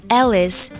Alice